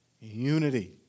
Unity